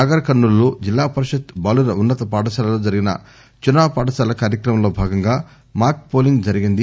నాగర్కర్నూల్లో జిల్లాపరిషత్ బాలుర ఉన్నత పాఠశాలలో జరిగిన చునావ్ పాఠశాల కార్యక్రమంలో భాగంగా మాక్ పోలింగ్ జరిగింది